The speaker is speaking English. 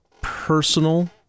personal